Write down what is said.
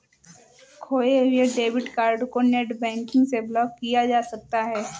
खोये हुए debit card को नेटबैंकिंग से ब्लॉक किया जा सकता है